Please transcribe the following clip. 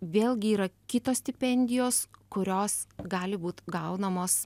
vėlgi yra kitos stipendijos kurios gali būt gaunamos